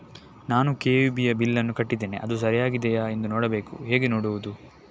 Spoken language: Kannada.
ನಾನು ಕೆ.ಇ.ಬಿ ಯ ಬಿಲ್ಲನ್ನು ಕಟ್ಟಿದ್ದೇನೆ, ಅದು ಸರಿಯಾಗಿದೆಯಾ ಎಂದು ನೋಡಬೇಕು ಹೇಗೆ ನೋಡುವುದು?